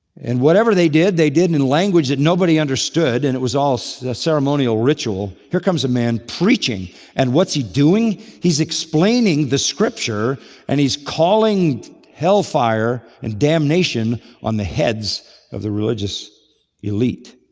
and whatever they did they did in a language that nobody understood and it was all so ceremonial ritual. here comes a man preaching and what's he doing? he's explaining the scripture and he's calling hell-fire and damnation on the heads of the religious elite.